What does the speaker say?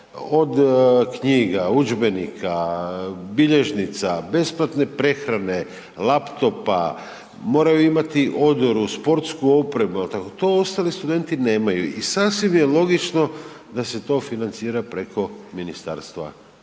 od knjiga, udžbenika, bilježnica, besplatne prehrane, laptopa, moraju imati odoru, sportsku opremu, jel tako, to ostali studenti nemaju i sasvim je logično da se to financira preko MORH-a.